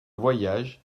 voyage